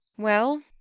well,